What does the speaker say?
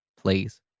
Please